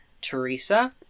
Teresa